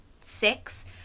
six